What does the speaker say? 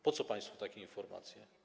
Po co państwu takie informacje?